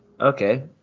Okay